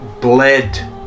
bled